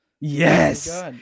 Yes